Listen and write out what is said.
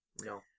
No